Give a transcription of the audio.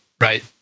right